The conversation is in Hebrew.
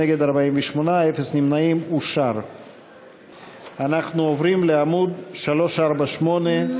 אנחנו עוברים לעמוד 348,